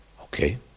Okay